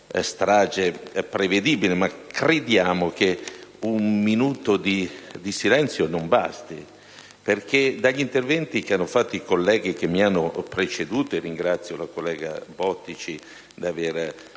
strage prevedibile, ma crediamo che un minuto di silenzio non basti. Dagli interventi dei colleghi che mi hanno preceduto (e ringrazio la collega Bottici di averci ricordato